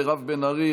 מירב בן ארי,